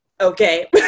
okay